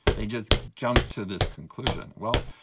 they just jump to this conclusion. well,